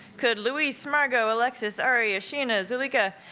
could luis, margot, alexis, aria, shana, zoleka,